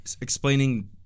explaining